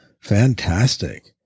Fantastic